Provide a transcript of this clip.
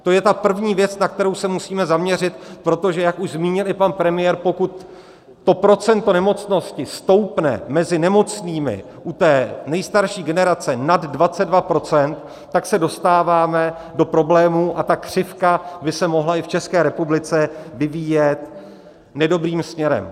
To je ta první věc, na kterou se musíme zaměřit, protože jak už zmínil i pan premiér, pokud to procento nemocnosti stoupne mezi nemocnými u té nejstarší generace nad 22 %, tak se dostáváme do problémů a ta křivka by se mohla i v České republice vyvíjet nedobrým směrem.